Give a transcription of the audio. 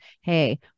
hey